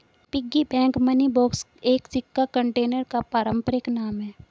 piggy bank money box एक सिक्का container का पारंपरिक नाम है